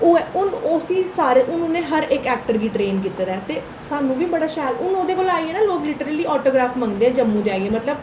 ओह् ऐ हून उसी 'सारे उन्नै हर इक ऐक्टर गी ट्रेन कीते दा ऐ ते स्हान्नू बी बड़ा शैल हून ओह्दे कोल आइयै ना लोग लिटरली आटोग्राफ मंगदे न जम्मू च आइयै मतलब